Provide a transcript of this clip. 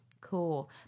Cool